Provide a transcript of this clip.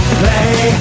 play